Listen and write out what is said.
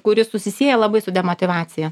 kuri susisieja labai su demotyvacija